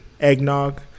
eggnog